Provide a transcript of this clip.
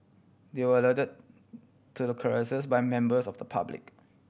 they were to the carcasses by members of the public